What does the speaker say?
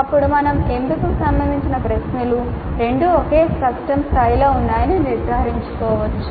అప్పుడు మేము ఎంపికకు సంబంధించిన ప్రశ్నలు రెండూ ఒకే కష్టం స్థాయిలో ఉన్నాయని నిర్ధారించుకోవచ్చు